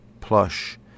plush